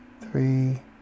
three